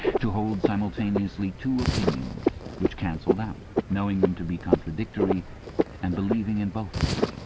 to hold simultaneously two opinions which cancelled out, knowing them to be contradictory and believing in both of them,